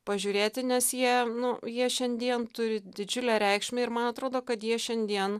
pažiūrėti nes jie nu jie šiandien turi didžiulę reikšmę ir man atrodo kad jie šiandien